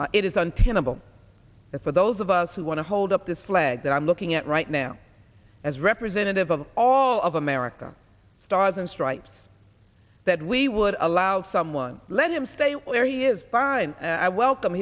k it is untenable for those of us who want to hold up this flag that i'm looking at right now as representative of all of america stars and stripes that we would allow someone let him stay where he is by and i welcome